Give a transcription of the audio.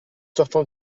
sortant